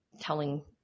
telling